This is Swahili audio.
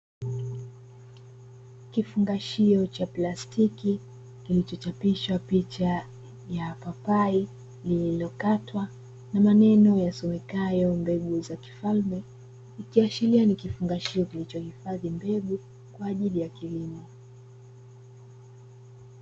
Kifungashio cha plastiki kilicho chapishwa picha ya papai lililo katwa na maneno yasomekayo mbegu za kifalme ikiashiria ni kifungashio kinacho hifadhi mnegu kwa ajili ya kilimo.